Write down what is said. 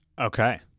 Okay